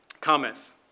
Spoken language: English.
cometh